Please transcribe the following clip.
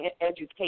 education